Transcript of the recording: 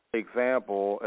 example